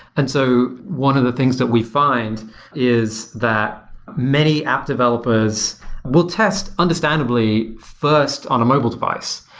and so one of the things that we find is that many app developers will test understandably first on a mobile device,